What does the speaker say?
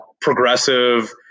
progressive